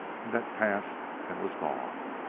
and that passed and was gone.